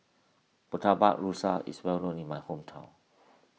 Murtabak Rusa is well known in my hometown